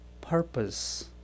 purpose